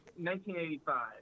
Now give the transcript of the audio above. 1985